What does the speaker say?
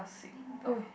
limber